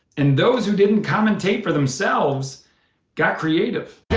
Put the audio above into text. and those who didn't commentate for themselves got creative.